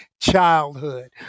childhood